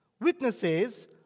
witnesses